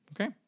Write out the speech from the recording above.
Okay